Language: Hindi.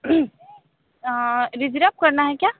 रिज़रव करना है क्या